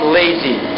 lazy